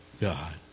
God